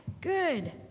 Good